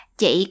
chị